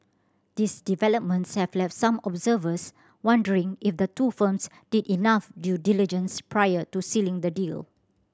this developments have left some observers wondering if the two firms did enough due diligence prior to sealing the deal